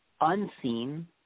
unseen